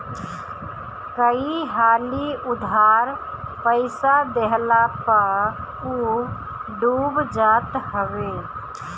कई हाली उधार पईसा देहला पअ उ डूब जात हवे